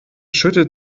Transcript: schüttelt